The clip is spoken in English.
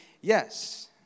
yes